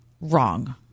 wrong